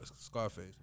Scarface